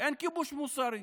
אין כיבוש מוסרי,